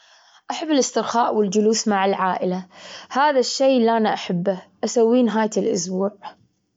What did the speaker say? مزايا الشهرة: إن الشهرة تفتح لك أبواب كثيرة، وكل الناس تعرفك. لكن العيوب أنها تقيد حياتك، وتصير حياتك تحت الأنظار، وكل الناس يبصوا لحيا- وكل الناس تبي تخش في حياتك من غير أي شيء.